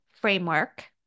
framework